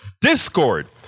Discord